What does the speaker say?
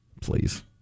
Please